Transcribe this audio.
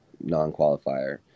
non-qualifier